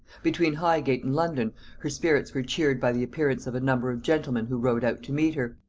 between highgate and london her spirits were cheered by the appearance of a number of gentlemen who rode out to meet her,